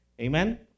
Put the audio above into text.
Amen